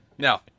Now